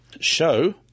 show